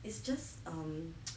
it's just um